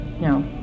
No